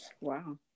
wow